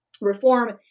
reform